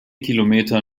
kilometer